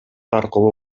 аркылуу